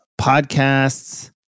podcasts